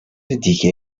دیگه